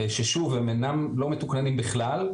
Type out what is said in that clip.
ששוב הם לא מתוכננים בכלל,